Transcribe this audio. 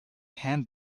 hand